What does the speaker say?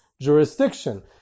jurisdiction